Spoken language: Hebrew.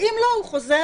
ואם לא הוא חוזר